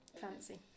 Fancy